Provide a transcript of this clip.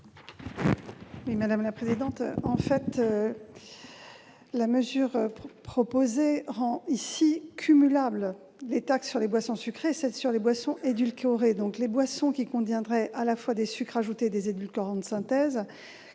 du Gouvernement ? La mesure proposée rend cumulables les taxes sur les boissons sucrées et celles sur les boissons édulcorées. Les boissons qui contiennent à la fois des sucres ajoutés et des édulcorants de synthèse